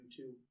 YouTube